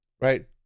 right